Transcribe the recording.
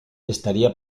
estaría